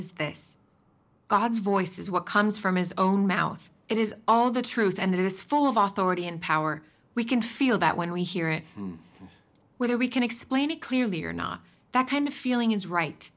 is this god's voice is what comes from his own mouth it is all the truth and it is full of authority and power we can feel that when we hear it and whether we can explain it clearly or not that kind of feeling is right